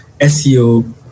SEO